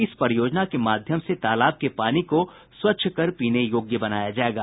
इस परियोजना के माध्यम से तालाब के पानी को स्वच्छ कर पीने योग्य बनाया जायेगा